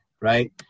right